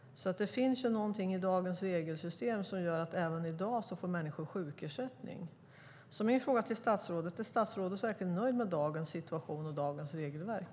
Det finns någonting i dagens regelsystem som gör att människor även i dag får sjukersättning. Min fråga till statsrådet är: Är statsrådet verkligen nöjd med dagens situation och dagens regelverk?